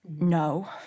No